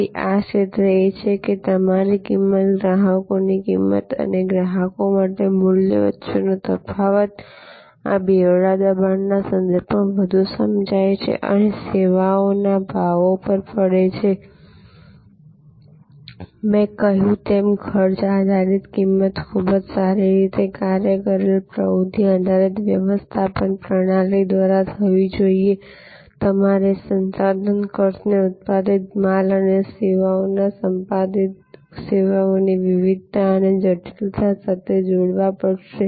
તેથી આ ક્ષેત્ર એ છે કે તમારી કિંમત ગ્રાહકોની કિંમત અને ગ્રાહક માટે મૂલ્ય વચ્ચેનો તફાવત આ બેવડા દબાણના સંદર્ભમાં વધુ સમજાય છેતે સેવાઓના ભાવો પર છે મેં કહ્યું તેમ ખર્ચ આધારિત કિંમત ખૂબ જ સારી રીતે કાર્ય કરેલ પ્રવૃત્તિ આધારિત વ્યવસ્થાપન પ્રણાલી દ્વારા થવી જોઈએ તમારે તમારા સંસાધન ખર્ચને ઉત્પાદિત માલ અને સેવાઓ ઉત્પાદિત સેવાઓની વિવિધતા અને જટિલતા સાથે જોડવા પડશે